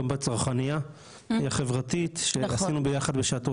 גם בצרכנייה החברתית שעשינו ביחד בשעתו